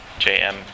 Jm